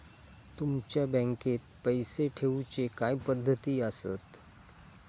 तुमच्या बँकेत पैसे ठेऊचे काय पद्धती आसत?